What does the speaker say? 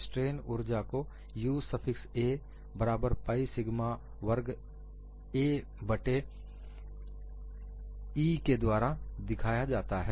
strain ऊर्जा को U suffix 'a' बराबर पाइ सिग्मा वर्ग a बट्टे E U suffix 'a' equal to pi sigma squared a squared divided by E के द्वारा दिखाया जाता है